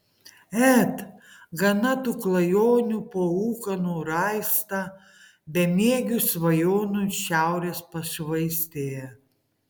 et gana tų klajonių po ūkanų raistą bemiegių svajonių šiaurės pašvaistėje